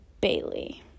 bailey